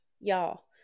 y'all